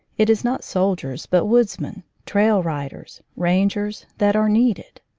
it is not soldiers, but woodsmen, trail-riders, rangers, that are needed.